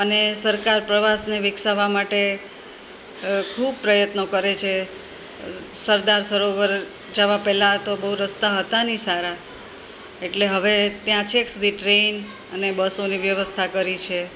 અને સરકાર પ્રવાસને વિકસાવવા માટે ખૂબ પ્રયત્નો કરે છે સરદાર સરોવર જવાં પહેલાં તો બહું રસ્તા હતા નહીં સારા એટલે હવે ત્યાં છેક સુધી ટ્રેન અને બસોની વ્યવસ્થા કરી છે